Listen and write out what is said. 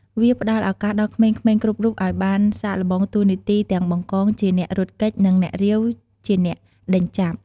វាផ្តល់ឱកាសដល់ក្មេងៗគ្រប់រូបឱ្យបានសាកល្បងតួនាទីទាំង បង្កង ជាអ្នករត់គេច និង អ្នករាវ ជាអ្នកដេញចាប់។